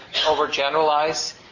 overgeneralize